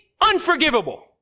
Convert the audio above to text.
unforgivable